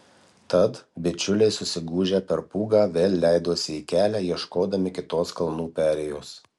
tad bičiuliai susigūžę per pūgą vėl leidosi į kelią ieškodami kitos kalnų perėjos